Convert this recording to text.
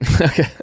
Okay